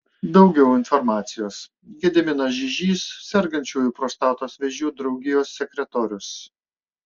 daugiau informacijos gediminas žižys sergančiųjų prostatos vėžiu draugijos sekretorius